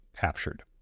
captured